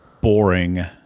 boring